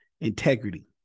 Integrity